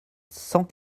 cent